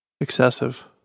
Excessive